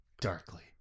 Darkly